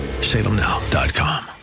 Salemnow.com